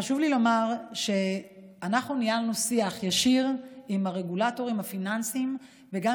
חשוב לי לומר שאנחנו ניהלנו שיח ישיר עם הרגולטורים הפיננסיים וגם